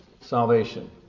Salvation